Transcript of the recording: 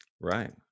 right